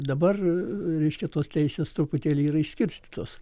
dabar reiškia tos teisės truputėlį yra išskirstytos